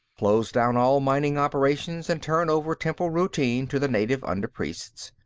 close down all mining operations, and turn over temple routine to the native under-priests.